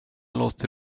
låter